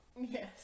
Yes